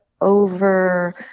over